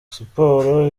siporo